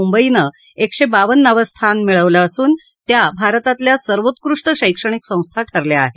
मुंबईनं एकशे बावन्नावं स्थान मिळवलं असून त्या भारतातल्या सर्वोकृष्ट शैक्षणिक संस्था ठरल्या आहे